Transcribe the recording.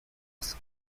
was